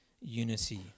unity